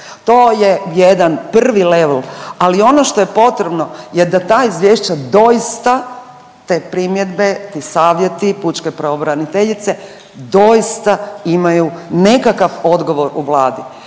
to je jedan prvi level, ali ono što je potrebno je da ta izvješća doista, te primjedbe, ti savjeti pučke pravobraniteljice doista imaju nekakav odgovor u Vladi.